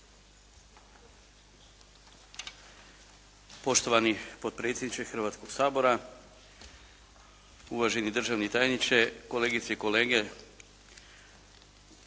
Poštovani potpredsjedniče Hrvatskog sabora, uvaženi državni tajniče, kolegice i kolege.